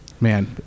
Man